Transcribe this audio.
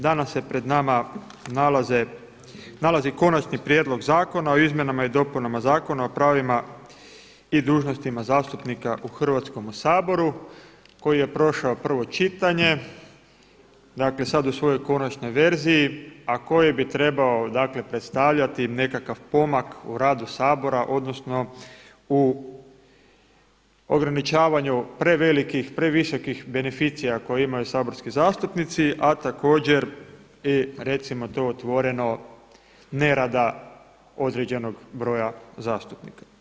Danas se pred nama nalazi Konačni prijedlog zakona o izmjenama i dopunama Zakona o pravima i dužnostima u Hrvatskom saboru koji je prošao prvo čitanje, sada u svojoj konačnoj verziji, a koji bi trebao predstavljati nekakav pomak u radu Sabora odnosno u ograničavanju prevelikih, previsokih beneficija koje imaju saborski zastupnici, a također i recimo to otvoreno nerada određenog broja zastupnika.